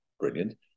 brilliant